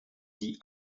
die